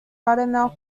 buttermilk